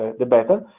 the better.